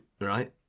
right